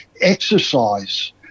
exercise